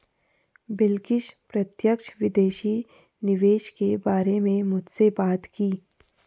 बिलकिश प्रत्यक्ष विदेशी निवेश के बारे में मुझसे बात की